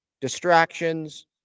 distractions